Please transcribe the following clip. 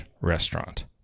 restaurant